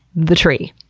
the tree.